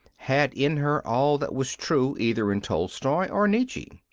had in her all that was true either in tolstoy or nietzsche,